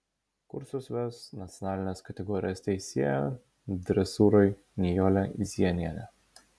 kursus ves nacionalinės kategorijos teisėja dresūrai nijolė zienienė